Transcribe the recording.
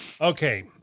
Okay